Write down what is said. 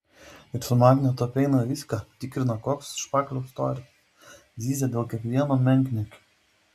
ir su magnetu apeina viską tikrina koks špakliaus storis zyzia dėl kiekvieno menkniekio